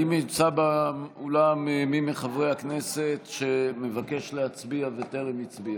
האם נמצא באולם מי מחברי הכנסת שמבקש להצביע וטרם הצביע?